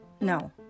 no